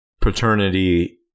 paternity